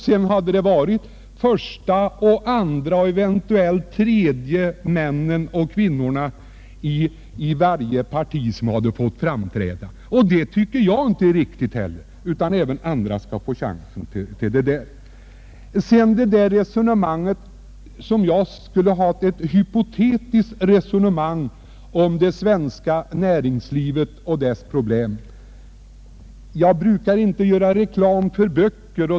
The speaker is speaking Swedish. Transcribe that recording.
Sedan hade första, andra och eventuellt tredje männen och kvinnorna i varje parti fått framträda. Det tycker jag inte är riktigt. Även andra riksdagsledamöter skall få chansen. Enligt herr Magnusson i Borås skulle jag ha fört ett hypotetiskt resonemang om det svenska näringslivet och dess problem. Jag brukar inte göra reklam för böcker.